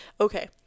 okay